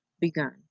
begun